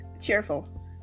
Cheerful